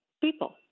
people